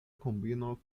kombino